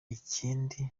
ikindi